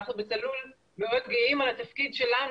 אנחנו ב"צלול" מאוד גאים על התפקיד שלנו